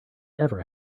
ever